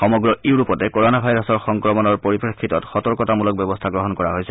সমগ্ৰ ইউৰোপতে কৰনা ভাইৰাছৰ সংক্ৰমণৰ পৰিপ্ৰেফিতত সতৰ্কতামূলক ব্যৱস্থা গ্ৰহণ কৰা হৈছে